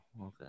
okay